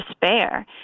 despair